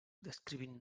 descrivint